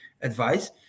advice